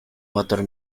motor